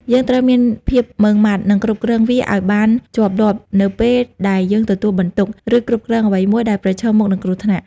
យើងត្រូវតែមានភាពម៉ឺងម៉ាត់ និងគ្រប់គ្រងវាឱ្យបានជាប់លាប់ នៅពេលដែលយើងទទួលបន្ទុក ឬគ្រប់គ្រងអ្វីមួយដែលប្រឈមមុខនឹងគ្រោះថ្នាក់ ។